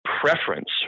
preference